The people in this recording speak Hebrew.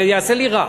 זה יעשה לי רע.